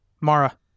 Mara